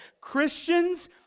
Christians